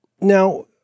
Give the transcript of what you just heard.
Now